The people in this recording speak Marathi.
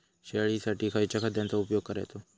शेळीसाठी खयच्या खाद्यांचो उपयोग करायचो?